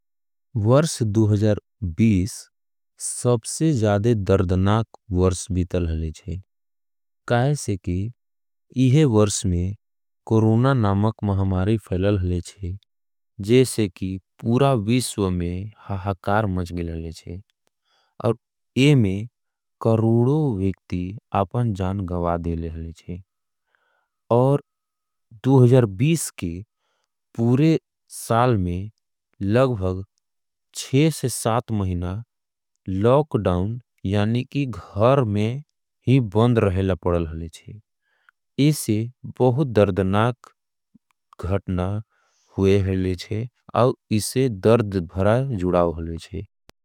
वर्ष सबसे जाधे दर्धनाक वर्ष बितल हले ज़े, काईसे की इहे वर्ष में कोरोणा नामक महमारी फैलल हले ज़े, जैसे की पूरा वीश्व में हाहाकार मज़गिल हले ज़े, और एमे करूडो वेक्ती आपन जान गवादे ले हले ज़े, और के पूरे साल में लगबग महिना लोकडाउन यानि की घर में ही बंद रहेला पड़ल हले ज़े, इसे बहुत दर्धनाक घटना हुए हले ज़े, और इसे दर्ध भरा जुड़ाव हले ज़े।